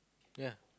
ya